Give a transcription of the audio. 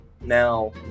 Now